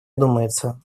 думается